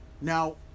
Now